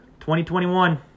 2021